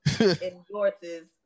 endorses